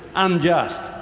unjust,